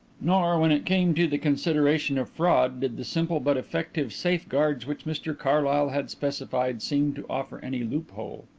nor, when it came to the consideration of fraud, did the simple but effective safeguards which mr carlyle had specified seem to offer any loophole.